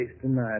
tonight